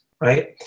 right